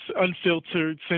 unfiltered